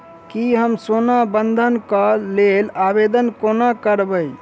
की हम सोना बंधन कऽ लेल आवेदन कोना करबै?